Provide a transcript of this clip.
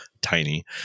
tiny